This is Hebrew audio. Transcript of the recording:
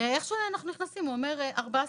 ואיך שאנחנו נכנסים הוא אומר לנו "..ארבעה